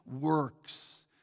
works